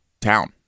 town